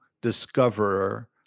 discoverer